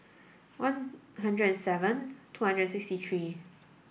one hundred and seven two hundred and sixty three